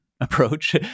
approach